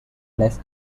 less